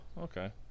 okay